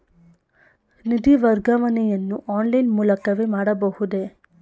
ನಿಧಿ ವರ್ಗಾವಣೆಯನ್ನು ಆನ್ಲೈನ್ ಮೂಲಕವೇ ಮಾಡಬಹುದೇ?